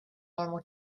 normal